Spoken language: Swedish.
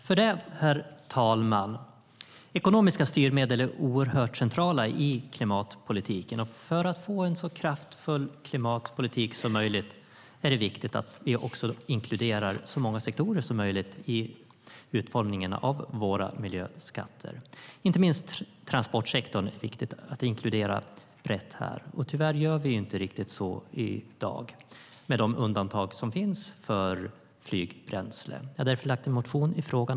Herr talman! Ekonomiska styrmedel är oerhört centrala i klimatpolitiken. För att få en så kraftfull klimatpolitik som möjligt är det viktigt att vi inkluderar så många sektorer som möjligt i utformningen av våra miljöskatter. Inte minst är det viktigt att inkludera transportsektorn rätt. Tyvärr gör vi inte riktigt så i dag med de undantag som finns för flygbränsle. Jag har därför väckt en motion i frågan.